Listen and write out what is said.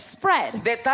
spread